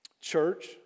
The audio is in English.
Church